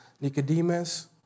Nicodemus